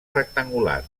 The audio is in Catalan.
rectangular